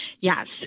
Yes